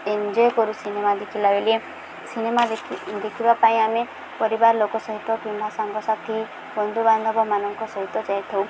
enjoy କରୁ cinema ଦେଖିଲା ବେଳେ ସିନେମା ଦେଖି ଦେଖିବା ପାଇଁ ଆମେ ପରିବାର ଲୋକ ସହିତ କିମ୍ବା ସାଙ୍ଗସାଥି ବନ୍ଧୁବାନ୍ଧବମାନଙ୍କ ସହିତ ଯାଇଥାଉ